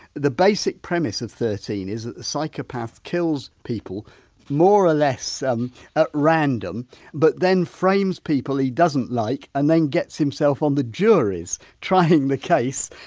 the basic premise of thirteen is that the psychopath kills people more or less um at random but then frames people he doesn't like and then gets himself on the juries trying the case,